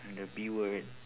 and the B word